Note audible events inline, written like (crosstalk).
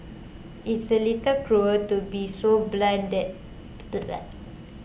it's a little cruel to be so blunt (unintelligible)